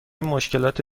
مشکلات